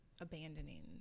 abandoning